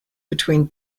between